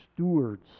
stewards